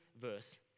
verse